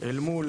אל מול